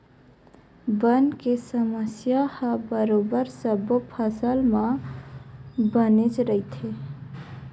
बन के समस्या ह बरोबर सब्बो फसल म बनेच रहिथे